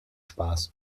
spaß